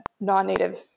non-Native